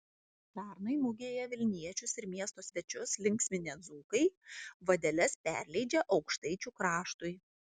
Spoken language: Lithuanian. pernai mugėje vilniečius ir miesto svečius linksminę dzūkai vadeles perleidžia aukštaičių kraštui